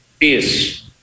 Peace